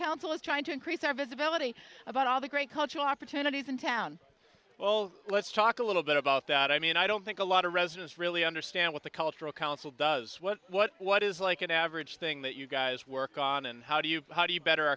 council is trying to increase our visibility about all the great cultural opportunities in town well let's talk a little bit about that i mean i don't think a lot of residents really understand what the cultural council does what what what is like an average thing that you guys work on and how do you how do you better